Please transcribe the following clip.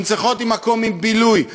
הן צריכות מקום עם בילוי.